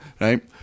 Right